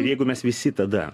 ir jeigu mes visi tada